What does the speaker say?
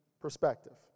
perspective